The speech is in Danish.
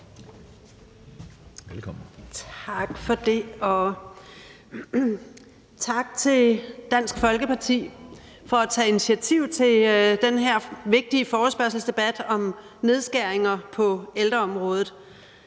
(SF): Tak for det, og tak til Dansk Folkeparti for at tage initiativ til den her vigtige forespørgselsdebat om nedskæringer på ældreområdet.